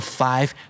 five